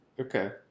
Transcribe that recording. Okay